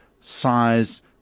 size